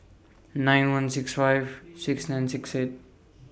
nine one six five six nine six eight